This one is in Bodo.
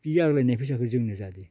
बे आग्लायनाय फैसाखौ जोंनो जादों